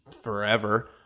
forever